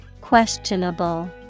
Questionable